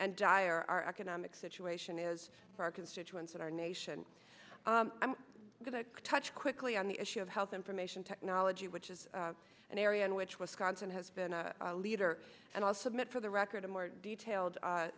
and dire our economic situation is for our constituents and our nation i'm going to touch quickly on the issue of health information technology which is an area in which wisconsin has been a leader and i'll submit for the record a more detailed